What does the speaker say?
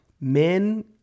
men